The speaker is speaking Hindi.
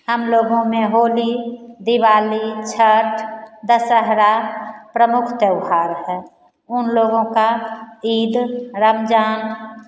हम लोगों में होली दिवाली छठ दशहरा प्रमुख त्योहार है उन लोगों का ईद रमज़ान